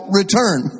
return